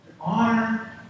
honor